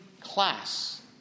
class